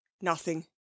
nothing